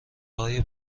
های